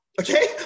Okay